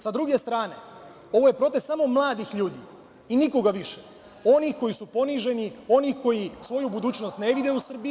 Sa druge strane, ovo je protest samo mladih ljudi i nikoga više, onih koji su poniženi, oni koji svoju budućnost ne vide u Srbiji.